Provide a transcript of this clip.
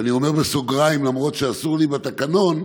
ואני אומר בסוגריים, למרות שאסור בתקנון,